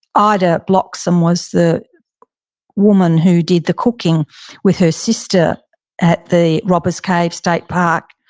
ida blocksom was the woman who did the cooking with her sister at the robbers cave state park.